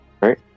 right